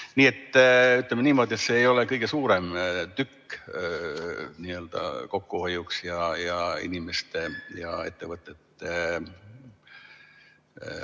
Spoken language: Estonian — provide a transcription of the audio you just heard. Nii et ütleme niimoodi, et see ei ole kõige suurem tükk kokkuhoiuks ja inimeste ja ettevõtete